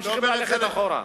ממשיכים ללכת אחורה.